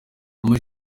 muri